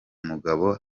mugabo